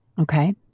Okay